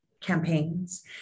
campaigns